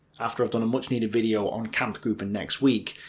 after i've done a much needed video on kamfgruppen next week.